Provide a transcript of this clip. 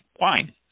wine